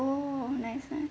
oh